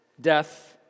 Death